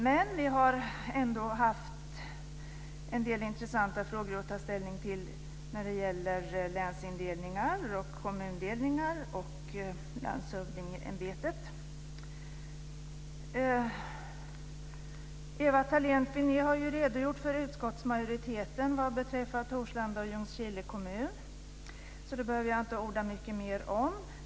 Men vi har ändå haft en del intressanta frågor att ta ställning till när det gäller länsindelningar, kommundelningar och landshövdingeämbetet. Ewa Thalén Finné har redogjort för utskottsmajoritetens uppfattning vad beträffar Torslanda och Ljungskile kommun, så det behöver jag inte orda mer om.